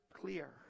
clear